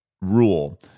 rule